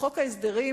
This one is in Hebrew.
חוק ההסדרים